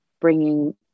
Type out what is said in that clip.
bringing